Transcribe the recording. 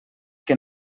que